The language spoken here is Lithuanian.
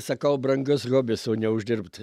sakau brangus hobis o neuždirbt